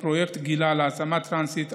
פרויקט גילה להעצמה טרנסית,